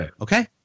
Okay